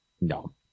No